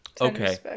Okay